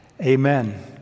amen